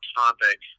topic